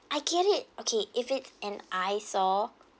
I get it okay if it and I saw